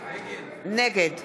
נגד